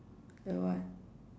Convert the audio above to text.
the what